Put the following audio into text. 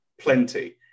plenty